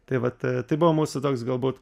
tai vat tai buvo mūsų toks galbūt